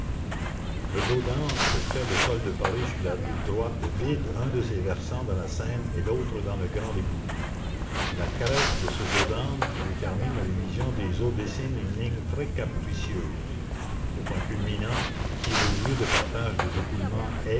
le dos d'âne que fait le sol de paris sur la rive droite vide un de ses versants dans la seine et l'autre dans le grand égout la crête de ce dos d'âne qui détermine la division des eaux dessine une ligne très capricieuse le point culminant qui est le lieu de partage des écoulements